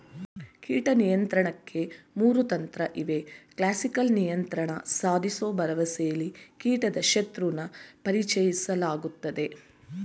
ಕೀಟ ನಿಯಂತ್ರಣಕ್ಕೆ ಮೂರು ತಂತ್ರಇವೆ ಕ್ಲಾಸಿಕಲ್ ನಿಯಂತ್ರಣ ಸಾಧಿಸೋ ಭರವಸೆಲಿ ಕೀಟದ ಶತ್ರುನ ಪರಿಚಯಿಸಲಾಗ್ತದೆ